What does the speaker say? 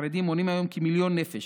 החרדים מונים היום כמיליון נפש,